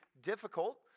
difficult